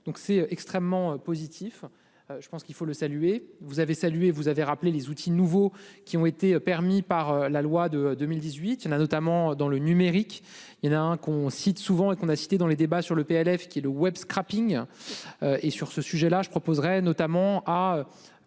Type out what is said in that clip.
donc c'est extrêmement positif. Je pense qu'il faut le saluer. Vous avez salué vous avez rappelé les outils nouveaux qui ont été permis par la loi de 2018 il y en a notamment dans le numérique. Il y en a un qu'on cite souvent et qu'on a cité dans les débats sur le PLF qui le web strapping. Et sur ce sujet-là je proposerai notamment à.